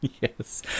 Yes